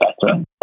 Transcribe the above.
better